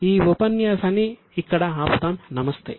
ఈ ఉపన్యాసాన్ని ఇక్కడ ఆపుదాం నమస్తే